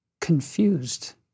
confused